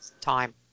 time